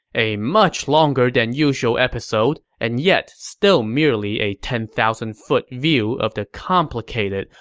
a much longer-than-usual episode and yet still merely a ten thousand foot view of the complicated,